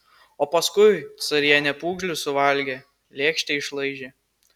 o paskui carienė pūgžlį suvalgė lėkštę išlaižė